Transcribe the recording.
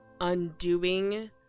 undoing